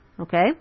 Okay